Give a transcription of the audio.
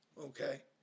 Okay